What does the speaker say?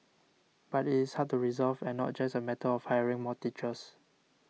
but it is hard to resolve and not just a matter of hiring more teachers